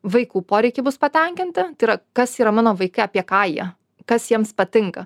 vaikų poreikiai bus patenkinti tai yra kas yra mano vaikai apie ką jie kas jiems patinka